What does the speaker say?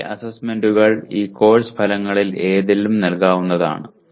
എന്നാൽ ഈ അസൈൻമെന്റുകൾ ഈ കോഴ്സ് ഫലങ്ങളിൽ ഏതിലും നൽകാവുന്നതാണ്